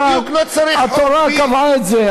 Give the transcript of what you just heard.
התורה קבעה את זה.